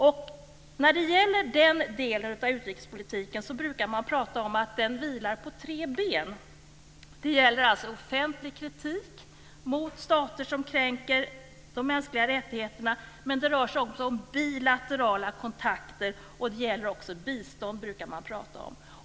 Man brukar säga att den delen av utrikespolitiken vilar på tre ben: offentlig kritik mot stater som kränker de mänskliga rättigheterna, bilaterala kontakter samt bistånd.